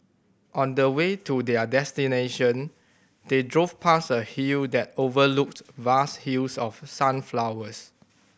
on the way to their destination they drove past a hill that overlooked vast fields of sunflowers